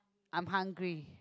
I'm hungry